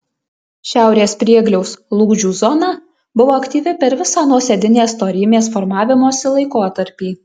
šiaurės priegliaus lūžių zona buvo aktyvi per visą nuosėdinės storymės formavimosi laikotarpį